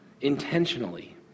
Intentionally